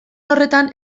horretan